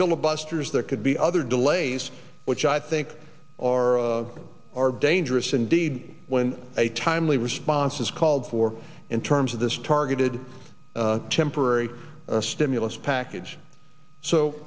filibusters there could be other delays which i think are are dangerous indeed when a timely response is called for in terms of this targeted temporary stimulus package so